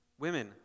Women